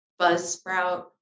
Buzzsprout